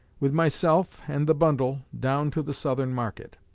with myself and the bundle, down to the southern market.